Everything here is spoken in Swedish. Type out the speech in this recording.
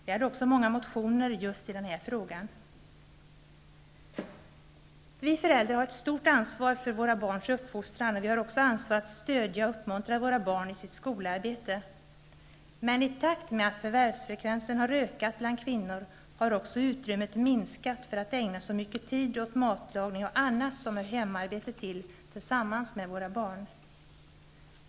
Vi hade också många motioner i just den här frågan. Vi föräldrar har ett stort ansvar för våra barns uppfostran, och vi har också ansvar för att stödja och uppmuntra våra barn i deras skolarbete. Men i takt med att förvärvsfrekvensen har ökat bland kvinnor har också utrymmet minskat för att ägna så mycket tid åt matlagning och annat som hör hemarbetet till, tillsammans med våra barn.